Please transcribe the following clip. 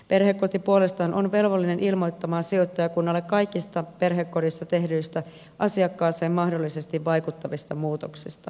perhekoti puolestaan on velvollinen ilmoittamaan sijoittajakunnalle kaikista perhekodissa tehdyistä asiakkaaseen mahdollisesti vaikuttavista muutoksista